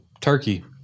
turkey